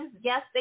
yes